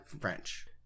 French